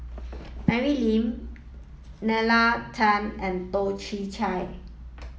Mary Lim Nalla Tan and Toh Chin Chye